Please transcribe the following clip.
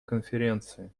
конференции